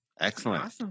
Excellent